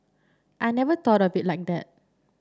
I never thought of it like that